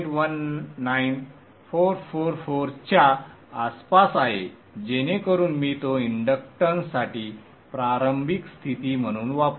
19444 च्या आसपास आहे जेणेकरुन मी तो इंडक्टन्ससाठी प्रारंभिक स्थिती म्हणून वापरेन